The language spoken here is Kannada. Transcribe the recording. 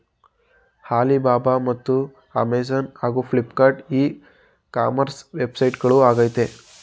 ಆಲಿಬಾಬ ಮತ್ತು ಅಮೆಜಾನ್ ಹಾಗೂ ಫ್ಲಿಪ್ಕಾರ್ಟ್ ಇ ಕಾಮರ್ಸ್ ವೆಬ್ಸೈಟ್ಗಳು ಆಗಿವೆ